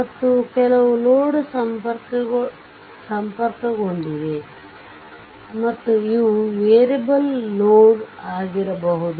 ಮತ್ತು ಕೆಲವು ಲೋಡ್ ಸಂಪರ್ಕಗೊಂಡಿದೆ ಮತ್ತು ಇವು ವೇರಿಯಬಲ್ ಲೋಡ್ ಆಗಿರಬಹುದು